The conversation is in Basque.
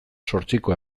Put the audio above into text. zortzikoa